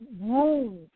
room